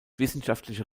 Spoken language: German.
wissenschaftliche